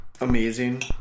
amazing